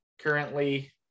currently